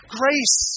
grace